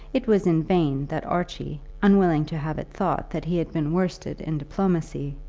it was in vain that archie, unwilling to have it thought that he had been worsted in diplomacy,